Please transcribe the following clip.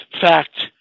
fact